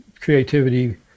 creativity